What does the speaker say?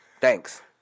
Thanks